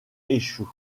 échoue